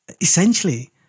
essentially